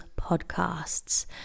podcasts